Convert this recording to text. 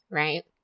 right